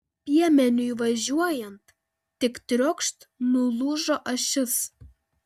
piemeniui važiuojant tik triokšt nulūžo ašis